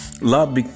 love